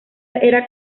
era